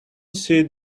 see